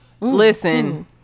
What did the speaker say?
Listen